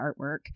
artwork